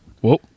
Whoa